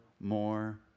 more